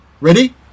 Ready